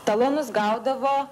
talonus gaudavo